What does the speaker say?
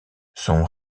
son